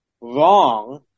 wrong